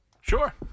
Sure